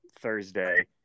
Thursday